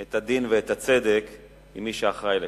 את הדין ואת הצדק עם מי שאחראי לכך,